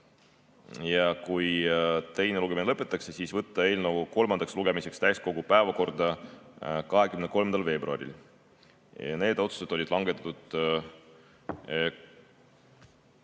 Kui teine lugemine lõpetatakse, siis võtta eelnõu kolmandaks lugemiseks täiskogu päevakorda 23. veebruaril. Need otsused langetati